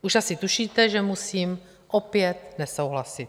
Už asi tušíte, že musím opět nesouhlasit.